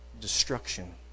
destruction